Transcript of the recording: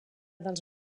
dels